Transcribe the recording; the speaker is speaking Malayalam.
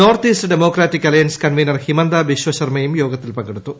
north East Democratic Alliance convener Himanta Biswa ശർമ്മയും യോഗത്തിൽ പങ്കെടുത്തു